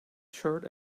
shirt